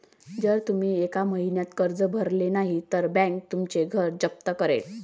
जर तुम्ही एका महिन्यात कर्ज भरले नाही तर बँक तुमचं घर जप्त करेल